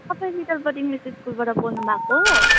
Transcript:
तपाईँ little bird English स्कुलबाट बोल्नु भएको हो